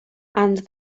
and